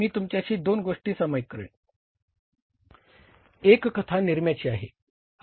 मी तुमच्याशी दोन गोष्टी सामायिक करेन एक कथा निरम्याची आहे